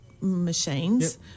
machines